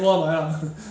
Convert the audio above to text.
没有看到 pistachio